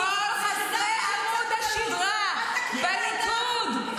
כל חסרי עמוד השדרה בליכוד,